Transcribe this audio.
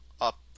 up